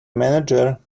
manager